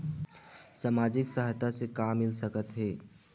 सामाजिक सहायता से का मिल सकत हे?